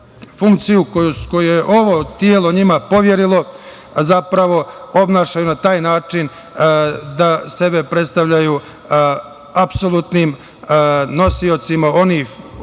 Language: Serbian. funkciju, koju je ovo telo njima poverilo, zapravo obnašaju na taj način da sebe predstavljaju apsolutnim nosiocima onog